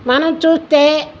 మనం చూస్తే